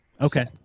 okay